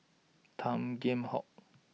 Tan Kheam Hock